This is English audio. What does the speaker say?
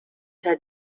had